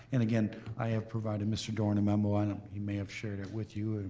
and again, i have provided mr. doran a memo item. he may have shared it with you.